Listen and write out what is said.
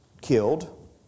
killed